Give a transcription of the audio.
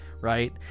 right